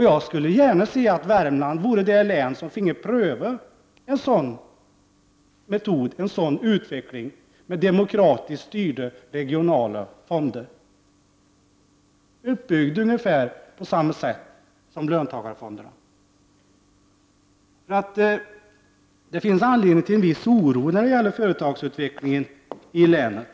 Jag skulle gärna se att Värmlands län vore det län som finge pröva en sådan metod, en utveckling med demokratiskt styrda regionala fonder uppbyggda ungefär på samma sätt som löntagarfonderna. Det finns anledning till en viss oro när det gäller företagsutvecklingen i länet.